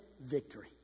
victory